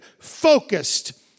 focused